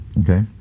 Okay